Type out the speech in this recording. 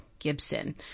Gibson